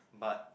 but